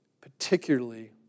particularly